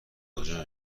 کجا